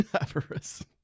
Avarice